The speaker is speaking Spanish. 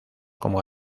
como